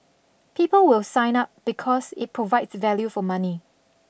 people will sign up because it provides value for money